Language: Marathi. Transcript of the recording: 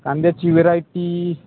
कांद्याची व्हेरायटी